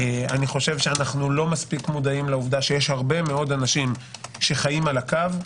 אנו לא מספיק מודעים לעובדה שיש הרבה מאוד אנשים שחיים על הקו,